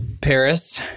Paris